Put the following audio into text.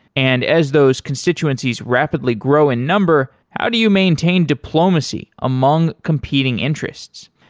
and as those constituencies rapidly grow in number, how do you maintain diplomacy among competing interests?